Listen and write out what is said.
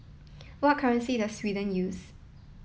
what currency does Sweden use